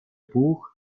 buch